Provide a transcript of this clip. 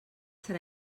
serà